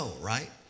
right